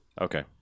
Okay